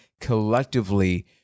collectively